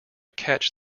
catch